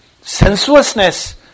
sensuousness